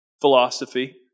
philosophy